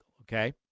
okay